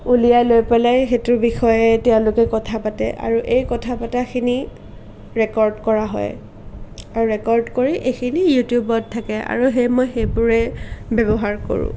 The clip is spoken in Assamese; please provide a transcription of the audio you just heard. উলিয়াই লৈ পেলাই সেইটো বিষয়ে তেওঁলোকে কথা পাতে আৰু এই কথা পতাখিনি ৰেকৰ্ড কৰা হয় আৰু ৰেকৰ্ড কৰি এইখিনি ইউটিউবত থাকে আৰু সেই মই সেইবোৰেই ব্যৱহাৰ কৰোঁ